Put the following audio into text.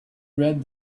read